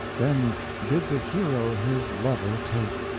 then bid the hero his lover take.